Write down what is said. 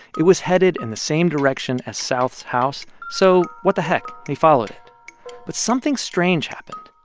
it was headed in the same direction as south's house. so what the heck? he followed it but something strange happened.